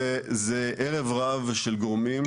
זה ערב רב של גורמים,